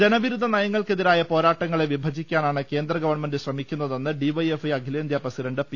ജനവിരുദ്ധ നയങ്ങൾക്ക് വിഭജിക്കാനാണ് കേന്ദ്ര ഗവൺമെന്റ് ശ്രമിക്കുന്നതെന്ന് ഡിവൈഎഫ്ഐ അഖിലേന്ത്യാ പ്രസിഡന്റ് പി